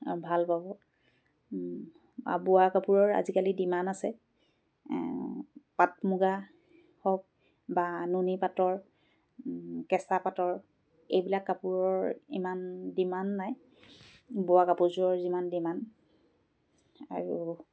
ভাল পাব আৰু বোৱা কাপোৰৰ আজিকালি ডিমাণ্ড আছে পাট মুগা হওক বা নুনি পাতৰ কেঁচা পাটৰ এইবিলাক কাপোৰৰ ইমান ডিমাণ্ড নাই বোৱা কাপোৰযোৰৰ যিমান ডিমাণ্ড আৰু